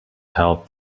held